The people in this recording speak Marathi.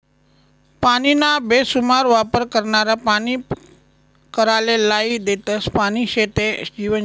पानीना बेसुमार वापर करनारा पानी पानी कराले लायी देतस, पानी शे ते जीवन शे